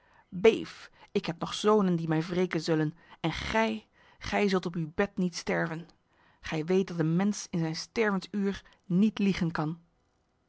beef ik heb nog zonen die mij wreken zullen en gij gij zult op uw bed niet sterven gij weet dat een mens in zijn stervensuur niet liegen kan